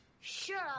Sure